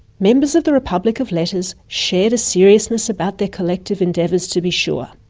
members of the republic of letters shared a seriousness about their collective endeavours, to be sure.